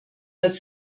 das